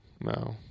no